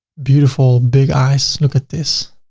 beautiful big eyes. look at this.